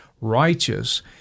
righteous